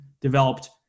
developed